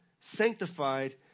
sanctified